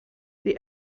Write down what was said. the